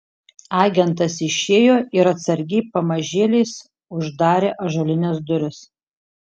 agentas išėjo ir atsargiai pamažėliais uždarė ąžuolines duris